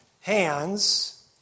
hands